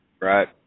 right